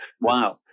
Wow